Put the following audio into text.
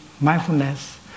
mindfulness